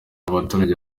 abaturage